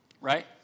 right